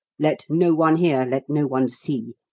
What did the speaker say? let no one hear, let no one see!